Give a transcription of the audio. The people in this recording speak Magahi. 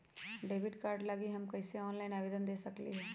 डेबिट कार्ड लागी हम कईसे ऑनलाइन आवेदन दे सकलि ह?